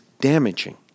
damaging